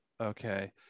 okay